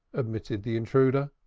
admitted the intruder.